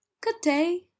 good-day